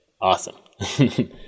awesome